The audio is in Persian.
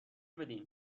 بدین